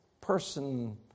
Person